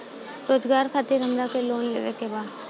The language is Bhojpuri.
रोजगार खातीर हमरा के लोन लेवे के बा?